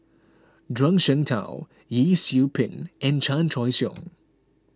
Zhuang Shengtao Yee Siew Pun and Chan Choy Siong